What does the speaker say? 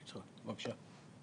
בבקשה.